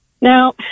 Now